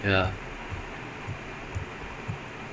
like he like he dribble through err